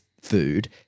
food